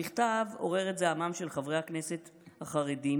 המכתב עורר את זעמם של חברי הכנסת החרדים,